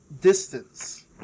Distance